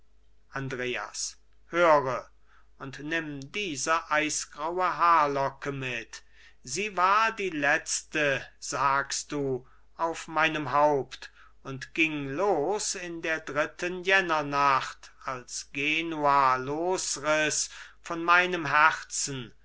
andreas höre und nimm diese eisgraue haarlocke mit sie war die letzte sagst du auf meinem haupt und ging los in der dritten jännernacht als genua losriß von meinem herzen